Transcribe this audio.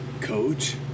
Coach